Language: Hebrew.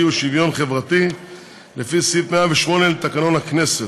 ולשוויון חברתי לפי סעיף 108 לתקנות הכנסת.